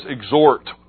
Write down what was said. exhort